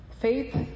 Faith